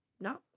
No